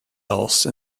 else